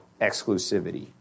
exclusivity